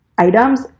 Items